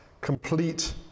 complete